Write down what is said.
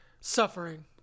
Suffering